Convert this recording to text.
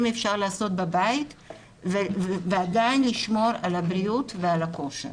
אפשר לעשות בבית ועדיין לשמור על הבריאות ועל הכושר.